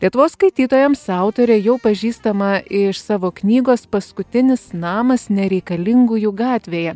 lietuvos skaitytojams autorė jau pažįstama iš savo knygos paskutinis namas nereikalingųjų gatvėje